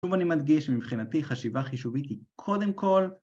שוב אני מדגיש שמבחינתי חשיבה חישובית היא קודם כל